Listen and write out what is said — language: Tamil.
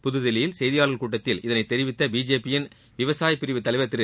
புதுதில்லியில் செய்தியாளர்கள் கூட்டத்தில் இதனை தெரிவித்த பிஜேபி யின் விவசாய பிரிவு தலைவர் திரு